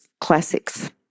classics